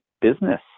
business